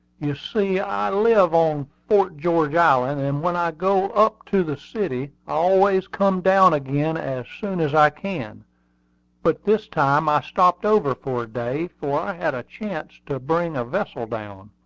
you see, i live on fort george island, and when i go up to the city i always come down again as soon as i can but this time i stopped over for a day, for i had a chance to bring a vessel down.